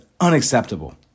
unacceptable